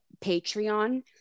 Patreon